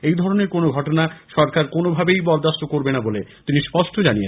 এই ধরনের কোন ঘটনা সরকার কোনভাবেই বরদাস্ত করবে না বলে তিনি স্পষ্ট জানিয়ে দিয়েছেন